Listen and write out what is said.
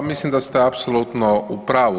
Pa mislim da ste apsolutno u pravu.